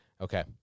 Okay